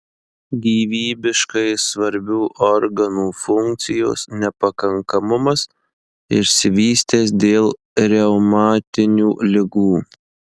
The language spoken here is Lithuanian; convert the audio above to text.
gyvybiškai svarbių organų funkcijos nepakankamumas išsivystęs dėl reumatinių ligų